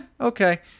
okay